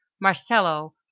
marcello